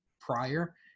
prior